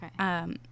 Okay